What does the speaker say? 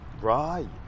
Right